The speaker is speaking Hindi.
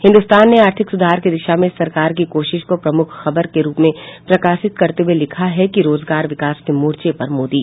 हिन्दुस्तान ने आर्थिक सुधार की दिशा में सरकार की कोशिश को प्रमुख खबर के रूप में प्रकाशित करते हुए लिखा है रोजगार विकास के मोर्चे पर मोदी